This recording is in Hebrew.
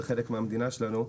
זה חלק מהמדינה שלנו,